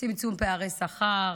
צמצום פערי שכר,